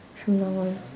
you know what